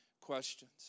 questions